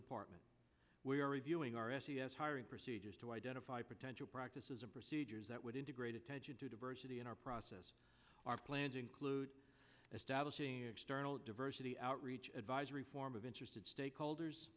department we are reviewing our s e s hiring procedures to identify potential practices and procedures that would integrate attention to diversity in our process our plans include establishing external diversity outreach advisory form of interested stakeholders